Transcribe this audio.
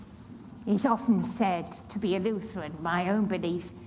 he's often said to be a lutheran, my own belief.